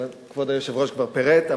אבל כבוד היושב-ראש כבר פירט.